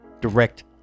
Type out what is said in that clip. direct